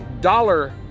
dollar